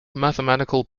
mathematical